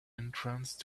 entrance